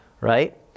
right